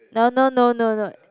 no no no no no